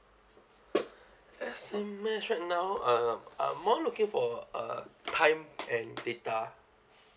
S_M_S right now uh I'm more looking for uh time and data